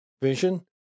vision